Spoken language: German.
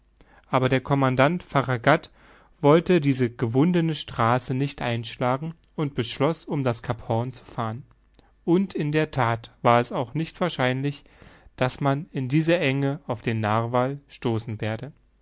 aber der commandant farragut wollte diese gewundene straße nicht einschlagen und beschloß um das cap horn zu fahren und in der that war es auch nicht wahrscheinlich daß man in dieser enge auf den narwal stoßen werde